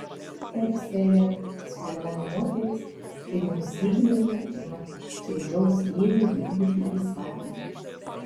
taip sere sulemeno moteris ir nusigręžė nuo čaižaus vėjo vykdyti įsakymų